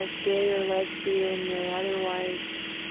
ah gay or lesbian or otherwise,